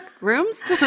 Rooms